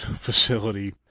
facility